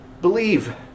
believe